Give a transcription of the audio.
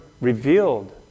revealed